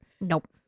Nope